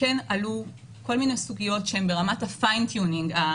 עלו כל מיני סוגיות שם ברמת הליטוש,